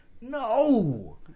No